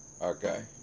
Okay